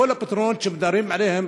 כל הפתרונות שמדברים עליהם